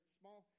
small